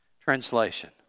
Translation